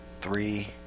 three